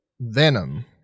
Venom